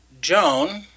Joan